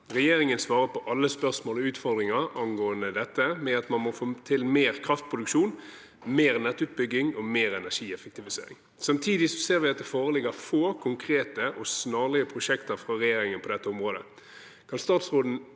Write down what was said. Regjeringen svarer på alle spørsmål og utfordringer angående dette med at man må få til mer kraftproduksjon, mer nettutbygging og mer energieffektivisering. Samtidig ser vi at det foreligger få konkrete og snarlige prosjekter fra regjeringen på dette området.